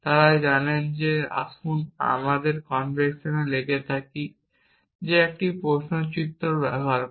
তারা এটি জানেন তাই আসুন আমাদের কনভেনশনে লেগে থাকি যা একটি প্রশ্ন চিহ্ন ব্যবহার করা